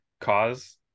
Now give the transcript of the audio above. cause